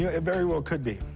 yeah it very well could be.